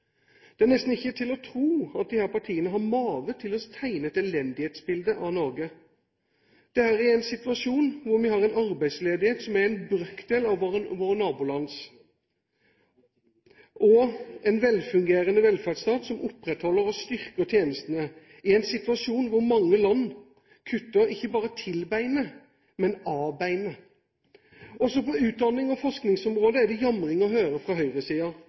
Det er nesten ikke til å tro at disse partiene har mage til å tegne et elendighetsbilde av Norge i en situasjon hvor vi har en arbeidsledighet som er en brøkdel av våre nabolands og en velfungerende velferdsstat som opprettholder og styrker tjenestene – i en situasjon hvor mange land kutter, ikke bare til beinet, men av beinet. Også på utdannings- og forskningsområdet er det jamring å høre fra